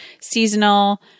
seasonal